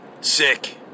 sick